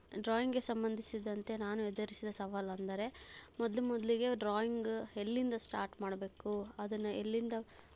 ಡ್ರಾಯಿಂಗ್ಗೆ ಸಂಬಂಧಿಸಿದಂತೆ ನಾನು ಎದುರಿಸಿದ ಸವಾಲು ಅಂದರೆ ಮೊದಲು ಮೊದಲಿಗೆ ಡ್ರಾಯಿಂಗ ಎಲ್ಲಿಂದ ಸ್ಟಾರ್ಟ್ ಮಾಡಬೇಕು ಅದನ್ನು ಎಲ್ಲಿಂದ